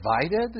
divided